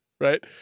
Right